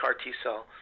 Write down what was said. T-cell